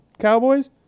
Cowboys